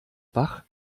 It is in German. bach